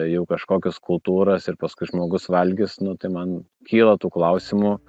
jau kažkokias kultūras ir paskui žmogus valgys nu tai man kyla tų klausimų